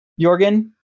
Jorgen